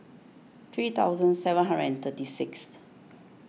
three thousand seven hundred and thirty sixth